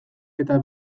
eta